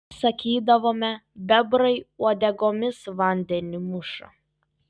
sakydavome bebrai uodegomis vandenį muša